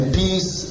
peace